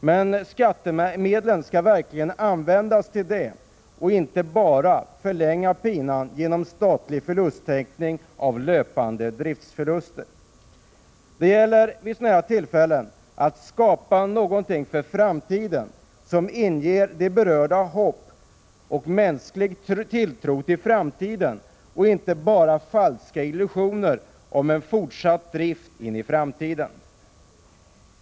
Men skattemedlen skall verkligen användas till det och inte bara till att förlänga pinan genom statlig förlusttäckning av löpande driftsförluster. Det gäller vid sådana här tillfällen att skapa något som inger de berörda människorna hopp och tilltro för framtiden och inte bara falska illusioner om fortsatt drift in i framtiden.